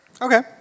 Okay